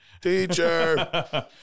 Teacher